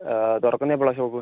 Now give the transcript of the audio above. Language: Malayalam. തുറക്കുന്ന എപ്പോഴാണ് ഷോപ്പ്